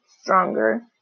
stronger